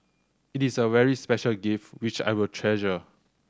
it is a very special gift which I will treasure